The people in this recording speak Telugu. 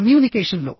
కమ్యూనికేషన్ లో